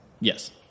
Yes